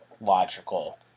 logical